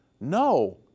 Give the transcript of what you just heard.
No